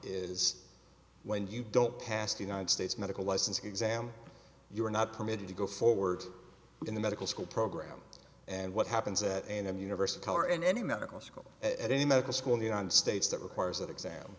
is when you don't pass the united states medical licensing exam you are not permitted to go forward in the medical school program and what happens at an end universe of color in any medical school at a medical school in the united states that requires that exam